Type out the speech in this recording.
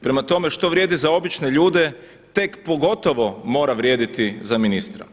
Prema tome, što vrijedi za obične ljude tek pogotovo mora vrijediti za ministra.